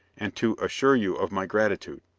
and to assure you of my gratitude.